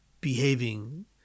behaving